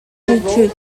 tut